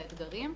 לאתגרים,